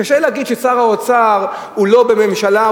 קשה להגיד ששר האוצר הוא לא בממשלה,